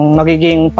magiging